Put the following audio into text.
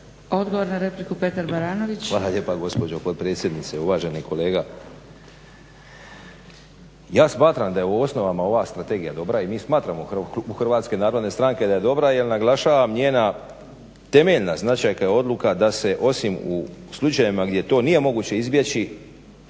**Baranović, Petar (HNS)** Hvala lijepa gospođo potpredsjednice, uvaženi kolega. Ja smatram da je u osnovama ova strategija dobra i mi smatramo u klubu Hrvatske narodne stranke da je dobra, jer naglašavam njena temeljna značajka je odluka da se osim u slučajevima gdje to nije moguće izbjeći